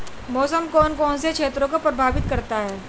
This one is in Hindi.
मौसम कौन कौन से क्षेत्रों को प्रभावित करता है?